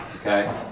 Okay